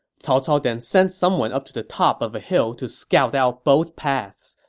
cao cao then sent someone up to the top of a hill to scout out both paths.